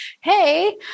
hey